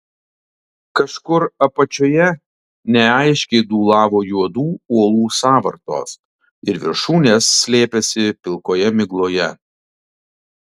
kažkur apačioje neaiškiai dūlavo juodų uolų sąvartos ir viršūnės slėpėsi pilkoje migloje